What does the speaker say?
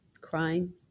crying